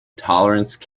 torrance